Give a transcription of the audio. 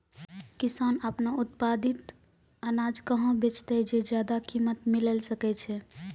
किसान आपनो उत्पादित अनाज कहाँ बेचतै जे ज्यादा कीमत मिलैल सकै छै?